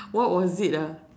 what was it ah